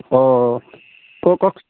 অ কওকচোন